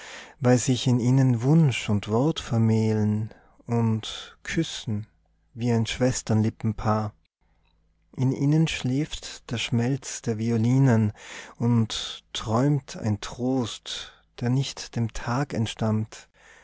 weil sich in ihnen wunsch und wort vermählen und küssen wie ein schwesterlippenpaar in ihnen schläft der schmelz der violinen und träumt ein trost der nicht dem tag entstammt